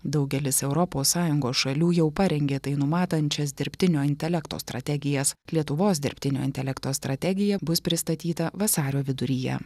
daugelis europos sąjungos šalių jau parengė tai numatančias dirbtinio intelekto strategijas lietuvos dirbtinio intelekto strategija bus pristatyta vasario viduryje